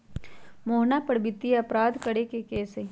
मोहना पर वित्तीय अपराध करे के केस हई